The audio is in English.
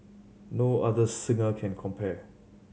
no other singer can compare